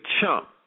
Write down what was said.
chump